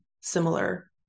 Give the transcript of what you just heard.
similar